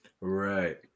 Right